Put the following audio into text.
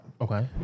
okay